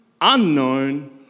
unknown